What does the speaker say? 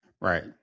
Right